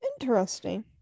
Interesting